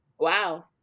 Wow